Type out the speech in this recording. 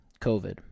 COVID